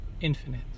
infinite